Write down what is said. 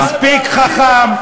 אתה מספיק חכם.